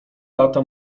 lata